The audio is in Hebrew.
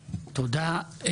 תודה.